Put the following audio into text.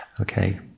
okay